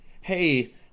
Hey